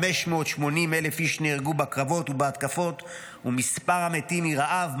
580,000 איש נהרגו בקרבות ובהתקפות ומספר המתים מרעב,